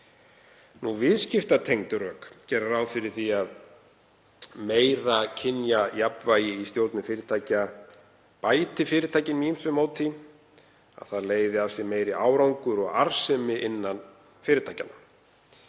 Viðskiptatengd rök gera ráð fyrir því að meira kynjajafnvægi í stjórnum fyrirtækja bæti fyrirtækin með ýmsu móti. Það leiði af sér meiri árangur og arðsemi innan fyrirtækjanna.